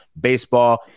baseball